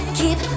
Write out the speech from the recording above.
keep